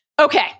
Okay